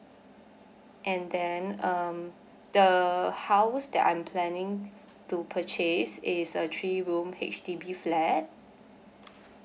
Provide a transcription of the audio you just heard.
and then um the house that I'm planning to purchase is a three room H_D_B flat